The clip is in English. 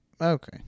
okay